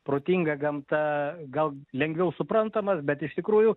protinga gamta gal lengviau suprantamas bet iš tikrųjų